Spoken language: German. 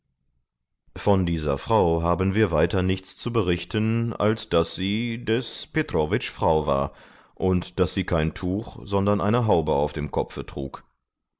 von dieser frau haben wir weiter nichts zu berichten als daß sie des petrowitsch frau war und daß sie kein tuch sondern eine haube auf dem kopfe trug